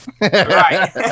Right